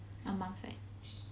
your mum's side